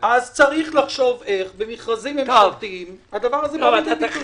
צריך לחשוב איך במכרזים ממשלתיים הדבר הזה בא לידי ביטוי.